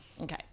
Okay